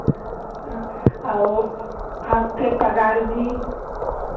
हाँ और आपके पगार भी